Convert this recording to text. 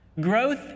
Growth